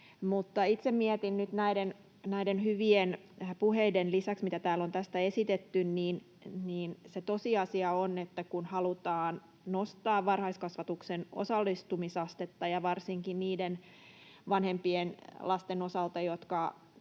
itse mietin nyt näiden hyvien puheiden lisäksi, mitä täällä on tästä esitetty, että se tosiasia on se, että kun halutaan nostaa varhaiskasvatuksen osallistumisastetta varsinkin niiden vanhempien lasten osalta, joiden